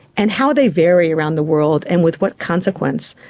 and how they vary around the world and with what consequence.